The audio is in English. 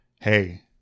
Hey